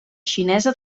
xinesa